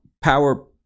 power